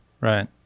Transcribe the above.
Right